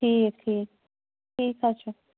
ٹھیٖک ٹھیٖک ٹھیٖک حظ چھُ